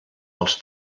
als